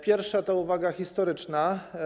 Pierwsza to uwaga historyczna.